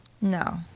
No